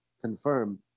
confirm